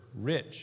rich